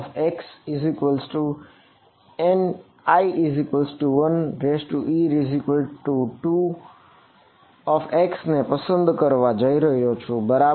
તેથી હું WmxNi1e2x ને પસંદ કરવા જઈ રહ્યો છું બરાબર